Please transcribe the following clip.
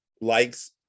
likes